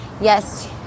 Yes